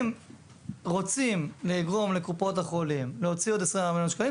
אם רוצים לגרום לקופות החולים להוציא עוד 24 מיליון שקלים,